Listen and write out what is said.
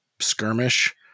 skirmish